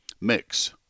mix